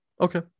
Okay